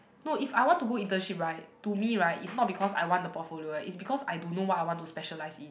no if I want to go internship right to me right is not because I want the portfolio eh is because I don't know what I want to specialise in